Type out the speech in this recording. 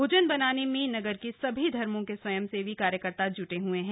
भोजन बनाने में नगर के सभी धर्मों के स्वयंसेवी कार्यकर्ता जूटे हुए हैं